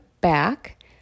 back